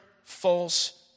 False